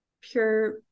pure